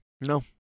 No